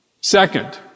Second